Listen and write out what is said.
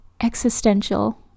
existential